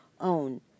own